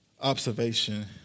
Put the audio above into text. observation